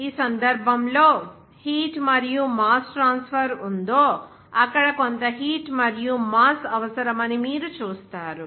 ఈ సందర్భంలో హీట్ మరియు మాస్ ట్రాన్స్ఫర్ వుందో అక్కడ కొంత హీట్ మరియు మాస్ అవసరమని మీరు చూస్తారు